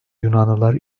yunanlılar